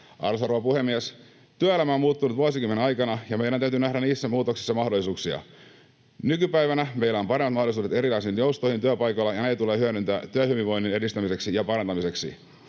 rouva puhemies! Työelämä on muuttunut vuosikymmenen aikana, ja meidän täytyy nähdä niissä muutoksissa mahdollisuuksia. Nykypäivänä meillä on parhaat mahdollisuudet erilaisiin joustoihin työpaikoilla, ja ne tulee hyödyntää työhyvinvoinnin edistämiseksi ja parantamiseksi.